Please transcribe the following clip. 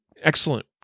excellent